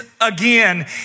again